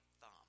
thumb